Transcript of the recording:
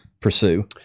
pursue